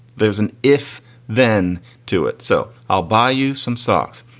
there's an if then to it. so i'll buy you some socks.